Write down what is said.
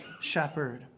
shepherd